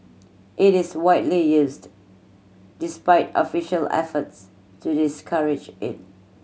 it is widely used despite official efforts to discourage it